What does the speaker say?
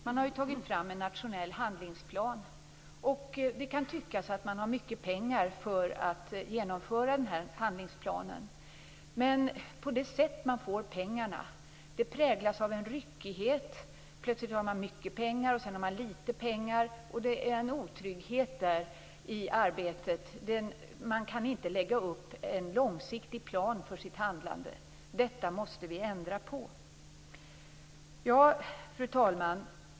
Man har tagit fram en nationell handlingsplan, och det kan tyckas att man har mycket pengar för att genomföra handlingsplanen. Men sättet på vilket man får pengarna präglas av ryckighet. Plötsligt har man mycket pengar, och sedan har man litet pengar. Det är en otrygghet i arbetet. Man kan inte lägga upp en långsiktig plan för sitt handlande. Detta måste vi ändra på. Fru talman!